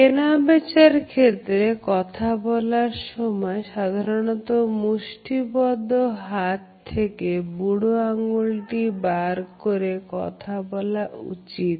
কেনাবেচার ক্ষেত্রে কথা বলার সময় সাধারণত মুষ্টিবদ্ধ হাত থেকে বুড়ো আঙ্গুলটি বার করে কথা বলা উচিত